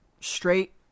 straight